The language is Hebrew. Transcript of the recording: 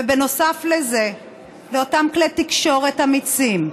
ונוסף לזה לאותם כלי תקשורת אמיצים,